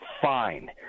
fine